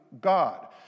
God